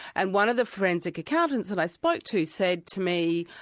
and one of the forensic accountants that i spoke to said to me,